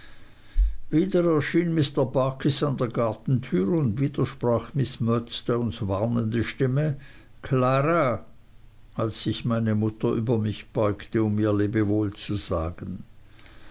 an der gartentür und wieder sprach miß murdstones warnende stimme klara als sich meine mutter über mich beugte um mir lebewohl zu sagen